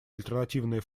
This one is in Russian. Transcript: альтернативные